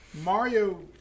Mario